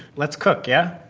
let's cook, yeah?